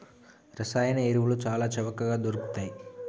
రసాయన ఎరువులు చాల చవకగ దొరుకుతయ్